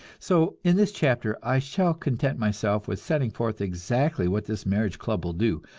so, in this chapter, i shall content myself with setting forth exactly what this marriage club will do,